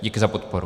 Díky za podporu.